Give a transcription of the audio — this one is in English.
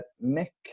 Nick